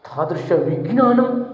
तादृशविज्ञानं